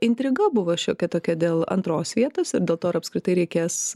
intriga buvo šiokia tokia dėl antros vietos dėl to ar apskritai reikės